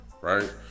right